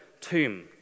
tomb